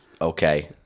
Okay